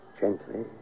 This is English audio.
Gently